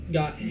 got